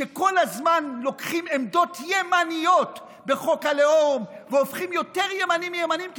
שכל הזמן לוקחים עמדות ימניות בחוק הלאום והופכים יותר ימנים מימנים,